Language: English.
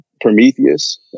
Prometheus